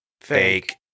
Fake